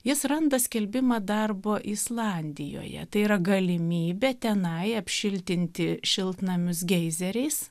jis randa skelbimą darbo islandijoje tai yra galimybė tenai apšiltinti šiltnamius geizeriais